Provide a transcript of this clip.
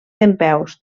dempeus